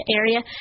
area